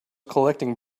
collecting